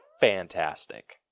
fantastic